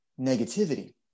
negativity